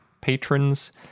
patrons